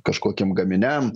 kažkokiem gaminiam